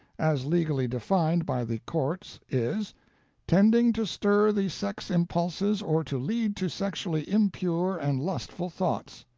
as legally defined by the courts is tending to stir the sex impulses or to lead to sexually impure and lustful thoughts.